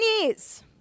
years